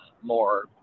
more